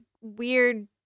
weird